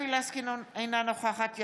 אינו נוכח גבי לסקי,